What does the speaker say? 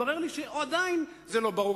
והתברר לי שעדיין זה לא ברור.